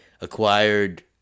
acquired